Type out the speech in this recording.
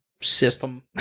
system